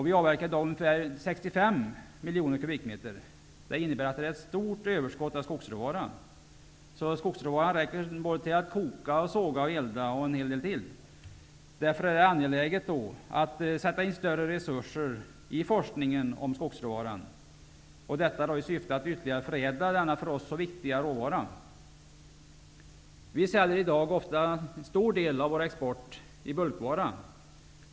Vi avverkar i dag omkring 65 miljoner kubikmeter. Det innebär att vi har ett stort överskott av skogsråvara. Den räcker till att både koka, såga, elda och en hel del till. Därför är det angeläget att sätta in större resurser i forskningen om skogsråvaran i syfte att ytterligare förädla denna för oss så viktiga råvara. Vi säljer i dag ofta en stor del av vår export i bulkvara.